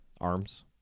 Arms